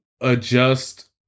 adjust